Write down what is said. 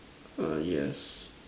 ah yes